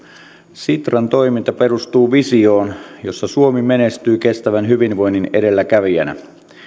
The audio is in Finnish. sitran toiminta perustuu visioon jossa suomi menestyy kestävän hyvinvoinnin edelläkävijänä